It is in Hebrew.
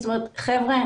חברה',